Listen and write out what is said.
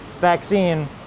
vaccine